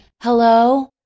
hello